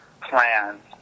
plans